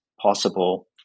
possible